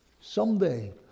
someday